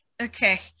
okay